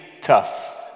tough